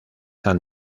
han